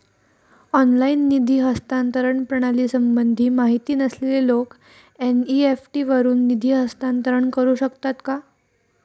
Online निधी हस्तांतरण प्रणालीसंबंधी माहिती नसलेले लोक एन.इ.एफ.टी वरून निधी हस्तांतरण करू शकतात का?